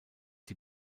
die